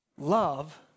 Love